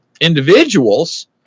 individuals